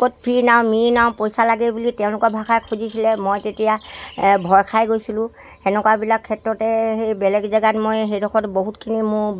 ক'ত ফ্ৰী নাও মিৰি নাও পইচা লাগে বুলি তেওঁলোকৰ ভাষাৰে খুজিছিলে মই তেতিয়া ভয় খাই গৈছিলোঁ সেনেকুৱাবিলাক ক্ষেত্ৰতে সেই বেলেগ জেগাত মই সেইডোখৰত বহুতখিনি মোৰ